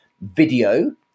video